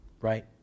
right